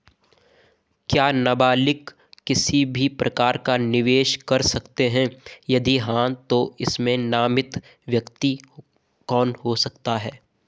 क्या नबालिग किसी भी प्रकार का निवेश कर सकते हैं यदि हाँ तो इसमें नामित व्यक्ति कौन हो सकता हैं?